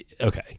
Okay